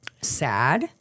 sad